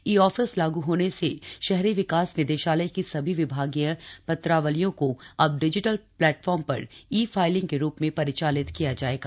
ई office लागू होने से शहरी विकास निदेशालय की सभी विभागीय पत्रावलियों को अब डिजिटल प्लेटफार्म पर ई फाइलिंग के रूप में परिचालित किया जायेगा